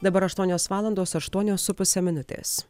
dabar aštuonios valandos aštuonios su puse minutės